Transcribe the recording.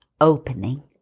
opening